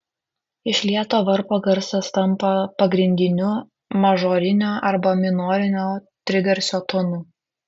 išlieto varpo garsas tampa pagrindiniu mažorinio arba minorinio trigarsio tonu